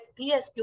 PSQ